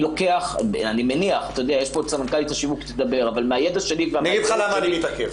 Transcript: אגיד לך למה אני מתעכב